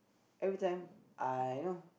every time I you know